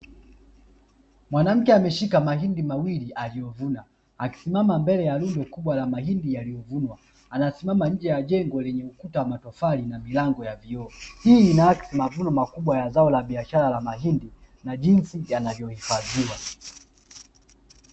Mwanamke ameshika mahindi mawili aliyovuna, akisimama mbele ya rundo kubwa la mahindi yaliyovunwa. Anasimama nje ya jengo lenye ukuta wa matofali na milango ya vioo, hili inaaksi mavuno makubwa ya zao la biashara la mahindi, na jinsi yanavyohifadhiwa.